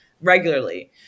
regularly